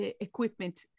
equipment